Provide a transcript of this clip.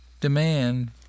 demand